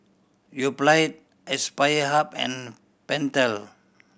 Yoplait Aspire Hub and Pentel